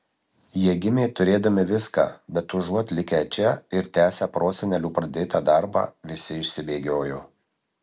jie gimė turėdami viską bet užuot likę čia ir tęsę prosenelių pradėtą darbą visi išsibėgiojo